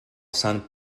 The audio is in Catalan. sant